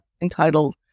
entitled